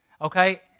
okay